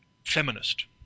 feminist